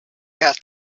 path